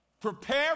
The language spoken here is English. Prepare